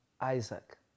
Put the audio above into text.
Isaac